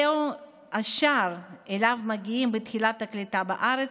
זהו השער שאליו מגיעים בתחילת הקליטה בארץ,